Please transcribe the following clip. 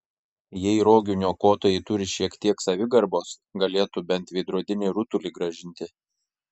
jei rogių niokotojai turi šiek kiek savigarbos galėtų bent veidrodinį rutulį grąžinti